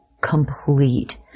complete